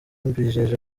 mbijeje